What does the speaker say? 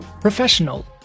professional